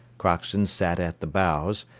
crockston sat at the bows,